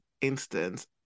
instance